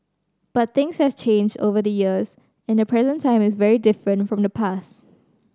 but things have changed over the years and the present time is very different from the past